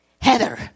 Heather